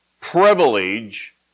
privilege